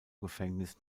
gefängnis